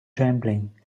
trembling